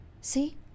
See